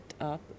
up